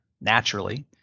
naturally